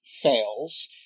fails